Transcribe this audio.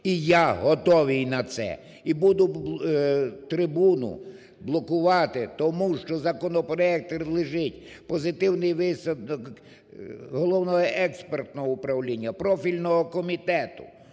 І я готовий на це, і буду трибуну блокувати, тому що законопроект лежить. Позитивний висновок Головного експертного управління, профільного комітету